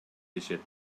дешет